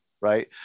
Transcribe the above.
Right